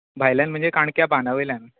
भायल्यान म्हणजे काणक्या बांदावयल्यान